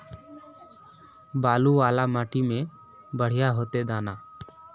बालू वाला माटी में बढ़िया होते दाना?